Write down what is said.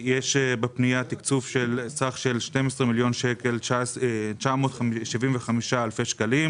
יש בפנייה תקצוב של 12 מיליון שקלים ו-975 אלפי שקלים